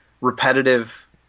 repetitive